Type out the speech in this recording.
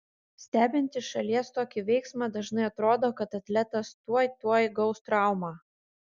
stebint iš šalies tokį veiksmą dažnai atrodo kad atletas tuoj tuoj gaus traumą